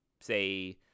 say